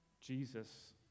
Jesus